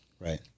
Right